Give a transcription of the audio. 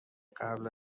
قبل